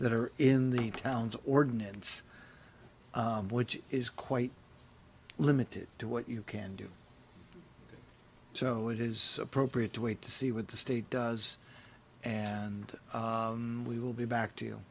that are in the town's ordinance which is quite limited to what you can do so it is appropriate to wait to see what the state does and we will be bac